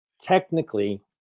technically